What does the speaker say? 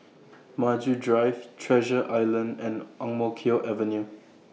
Maju Drive Treasure Island and Ang Mo Kio Avenue